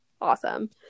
awesome